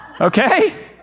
okay